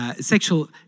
sexual